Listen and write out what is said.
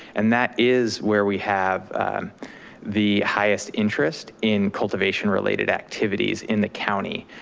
and that is where we have the highest interest in cultivation related activities in the county.